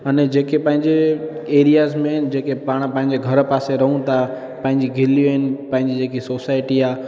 अने जेके पंहिंजे एरिआज़ में जेके पाण पंहिंजे घर पासे रहूं था पंहिंजी गलियूं आहिनि पंहिंजी जेकी सोसाइटी आहे